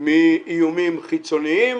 מאיומים חיצוניים